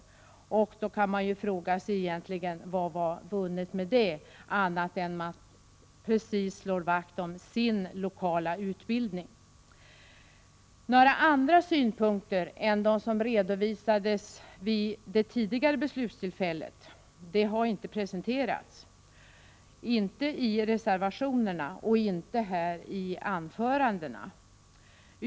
Man kan då fråga sig vad som egentligen är vunnet med det annat än att man slår vakt om just sin lokala utbildning. Några andra synpunkter än de som redovisades vid det tidigare beslutstillfället har inte presenterats, vare sig i reservationerna eller i anförandena här.